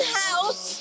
house